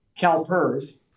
CalPERS